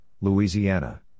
Louisiana